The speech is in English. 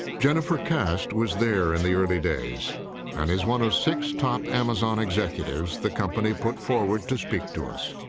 jennifer cast was there in the early days and is one of six top amazon executives the company put forward to speak to us.